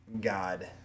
God